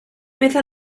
meza